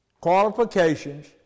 qualifications